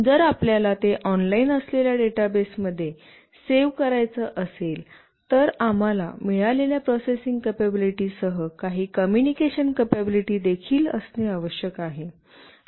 जर आपल्याला ते ऑनलाइन असलेल्या डेटाबेसमध्ये सेव्ह करायचे असेल तर आम्हाला मिळालेल्या प्रोसेसिंग कपॅबिलिटी सह काही कम्युनिकेशन कपॅबिलिटी देखील असणे आवश्यक आहे